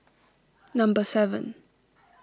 number seven